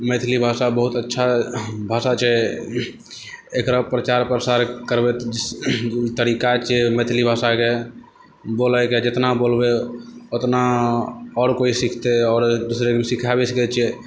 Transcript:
मैथिली भाषा बहुत अच्छा भाषा छै एकरा प्रचार प्रसार करबै के तरीका छै मैथिली भाषाके बोलै के जितना बोलबै ओतना आओर कोइ सीखतै आओर दोसराके सिखा भी सकै छियै